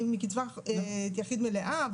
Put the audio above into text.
100% מקצבת יחיד מלאה.